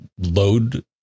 load